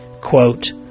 quote